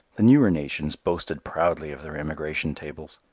the newer nations boasted proudly of their immigration tables.